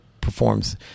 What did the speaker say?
performs